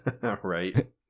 Right